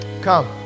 Come